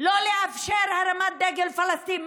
לא לאפשר הרמת דגל פלסטין?